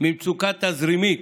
ממצוקה תזרימית.